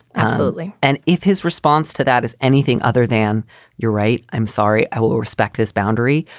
absolutely. and if his response to that is anything other than you're right. i'm sorry. i will respect this boundary.